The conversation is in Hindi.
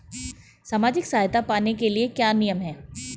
सामाजिक सहायता पाने के लिए क्या नियम हैं?